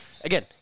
Again